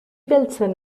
beltzen